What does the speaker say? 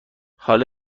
حالا